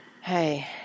Hey